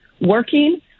working